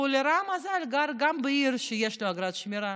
לרוע המזל הוא גר בעיר שיש גם בה אגרת שמירה,